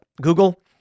Google